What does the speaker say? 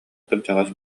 кырдьаҕас